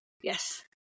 Yes